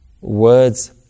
words